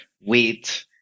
wheat